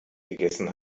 gegessen